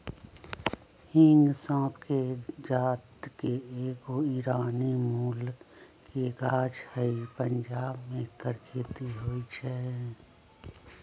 हिंग सौफ़ कें जात के एगो ईरानी मूल के गाछ हइ पंजाब में ऐकर खेती होई छै